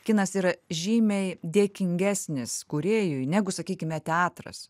kinas yra žymiai dėkingesnis kūrėjui negu sakykime teatras